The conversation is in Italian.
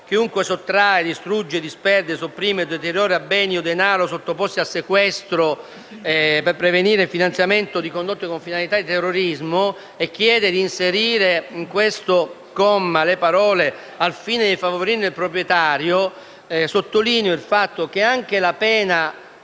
«Chiunque sottrae, distrugge, disperde, sopprime o deteriora beni o denaro, sottoposti a sequestro per prevenire il finanziamento delle condotte con finalità di terrorismo», le parole «, al fine di favorirne il proprietario,». Sottolineo il fatto che anche la pena,